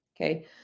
Okay